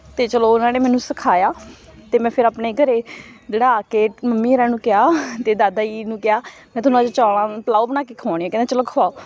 ਅਤੇ ਚਲੋ ਉਹਨਾਂ ਨੇ ਮੈਨੂੰ ਸਿਖਾਇਆ ਅਤੇ ਮੈਂ ਫਿਰ ਆਪਣੇ ਘਰ ਜਿਹੜਾ ਆ ਕੇ ਮੰਮੀ ਹੋਰਾਂ ਨੂੰ ਕਿਹਾ ਅਤੇ ਦਾਦਾ ਜੀ ਨੂੰ ਕਿਹਾ ਮੈਂ ਤੁਹਾਨੂੰ ਅੱਜ ਚੌਲ੍ਹਾਂ ਦਾ ਪਲਾਓ ਬਣਾ ਕੇ ਖਵਾਉਣੀ ਆ ਕਹਿੰਦੇ ਚਲੋ ਖਵਾਓ